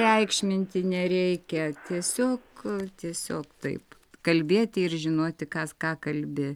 reikšminti nereikia tiesiog tiesiog taip kalbėti ir žinoti kas ką kalbi